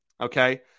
okay